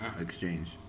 Exchange